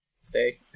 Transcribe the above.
Stay